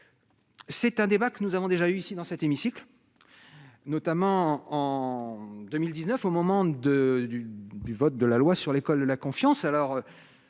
c'est un débat que nous avons déjà eu ici dans cet hémicycle, notamment en 2000 19 au moment de du du vote de la loi sur l'école de la confiance,